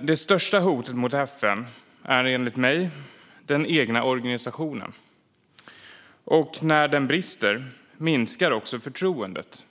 Det största hotet mot FN är enligt mig den egna organisationen, och när den brister minskar förtroendet.